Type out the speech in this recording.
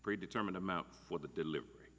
pre determined amount for the delivery